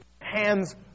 hands